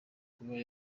kuba